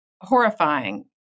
horrifying